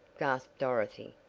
gasped dorothy,